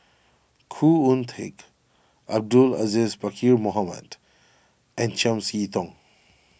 Khoo Oon Teik Abdul Aziz Pakkeer Mohamed and Chiam See Tong